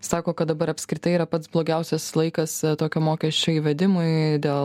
sako kad dabar apskritai yra pats blogiausias laikas tokio mokesčio įvedimui dėl